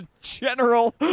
general